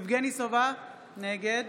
יבגני סובה, נגד